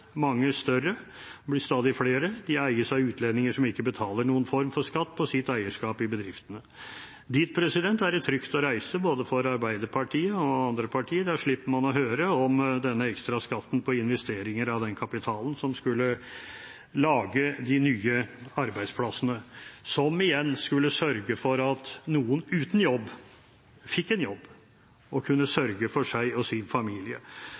mange større – det blir stadig flere – eies av utlendinger, som ikke betaler noen form for skatt på sitt eierskap i bedriftene. Dit er det trygt å reise både for Arbeiderpartiet og for andre partier. Da slipper man å høre om denne ekstra skatten på investeringer av den kapitalen som skulle lage de nye arbeidsplassene, som igjen skulle sørge for at noen uten jobb fikk en jobb og kunne sørge for seg og sin familie.